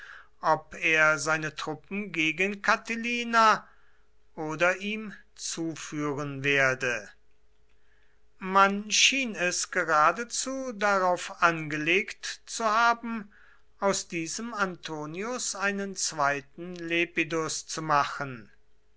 ob er seine truppen gegen catilina oder ihm zuführen werde man schien es geradezu darauf angelegt zu haben aus diesem antonius einen zweiten lepidus zu machen